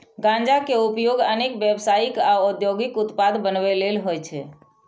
गांजा के उपयोग अनेक व्यावसायिक आ औद्योगिक उत्पाद बनबै लेल होइ छै